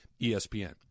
ESPN